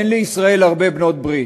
אין לישראל הרבה בעלות-ברית.